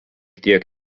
tiek